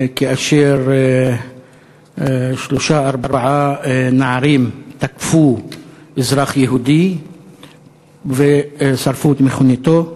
כאשר שלושה-ארבעה נערים תקפו אזרח יהודי ושרפו את מכוניתו.